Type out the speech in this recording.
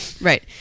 Right